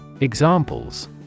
Examples